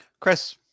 Chris